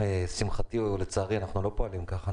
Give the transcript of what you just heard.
לשמחתי או לצערי אנחנו לא פועלים כך.